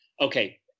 okay